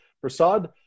Prasad